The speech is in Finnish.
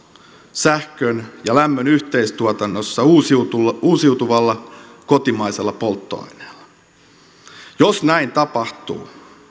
sähkön ja lämmön yhteistuotannossa uusiutuvalla uusiutuvalla kotimaisella polttoaineella jos näin tapahtuu